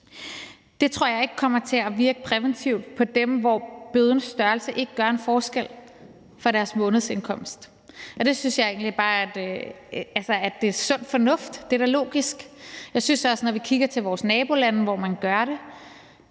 det tror jeg ikke kommer til at virke præventivt på dem, hvor bødens størrelse ikke gør en forskel for deres månedsindkomst. Det synes jeg egentlig bare er sund fornuft og logisk at det ikke gør. Jeg synes jo også, at det, når vi kigger til vores nabolande, hvor man gør det,